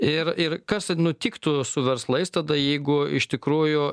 ir ir kas nutiktų su verslais tada jeigu iš tikrųjų